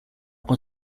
con